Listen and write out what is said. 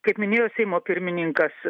kaip minėjo seimo pirmininkas